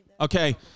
Okay